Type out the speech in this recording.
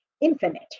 infinite